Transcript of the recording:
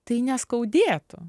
tai neskaudėtų